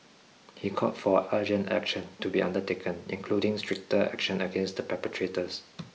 he called for urgent action to be undertaken including stricter action against the perpetrators